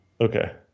Okay